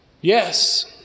Yes